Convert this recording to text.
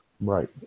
Right